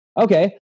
okay